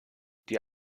die